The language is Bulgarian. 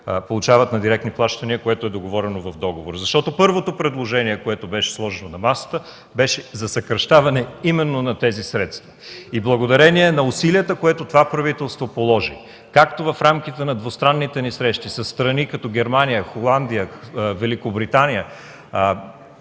получават на директни плащания и са договорени с договора. Първото предложение, което беше сложено на масата, беше за съкращаване именно на тези средства. Благодарение на усилията, които това правителство положи, както в рамките на двустранните ни срещи със страни като Германия, Холандия, Великобритания,